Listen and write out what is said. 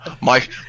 Mike